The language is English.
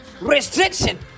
restriction